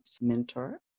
Mentor